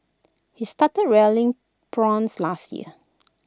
he started rearing prawns last year